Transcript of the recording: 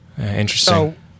Interesting